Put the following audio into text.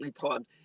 timed